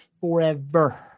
forever